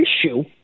issue